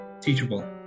teachable